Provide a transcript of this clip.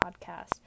podcast